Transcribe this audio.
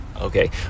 Okay